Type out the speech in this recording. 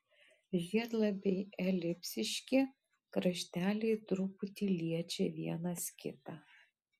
žiedlapiai elipsiški krašteliai truputį liečia vienas kitą